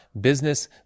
business